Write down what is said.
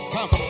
Come